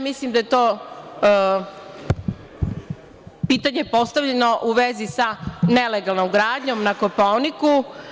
Mislim da je pitanje postavljeno u vezi sa nelegalnom gradnjom na Kopaoniku.